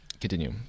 Continue